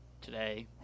today